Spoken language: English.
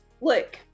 look